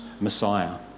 Messiah